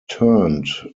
turned